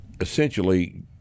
essentially